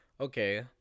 okay